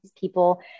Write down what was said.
people